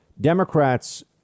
Democrats